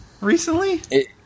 recently